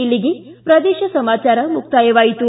ಇಲ್ಲಿಗೆ ಪ್ರದೇಶ ಸಮಾಚಾರ ಮುಕ್ತಾಯವಾಯಿತು